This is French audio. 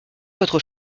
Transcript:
votre